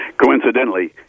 Coincidentally